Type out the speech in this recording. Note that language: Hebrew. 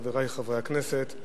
חברי חברי הכנסת,